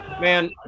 Man